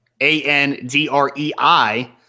A-N-D-R-E-I